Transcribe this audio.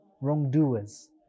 wrongdoers